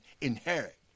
inherit